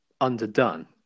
underdone